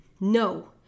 no